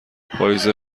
پاییز